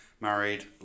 married